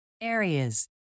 Areas